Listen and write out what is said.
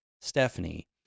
Stephanie